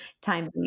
time